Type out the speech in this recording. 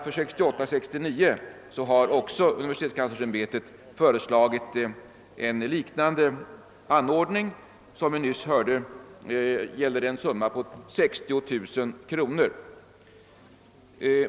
För 1968/69 har universitetskanslersämbetet föreslagit en liknande anordning — som vi nyss hörde gällde det en summa på 60 000 kronor.